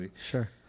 sure